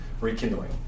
rekindling